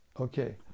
okay